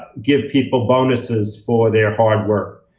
give people bonuses for their hard work.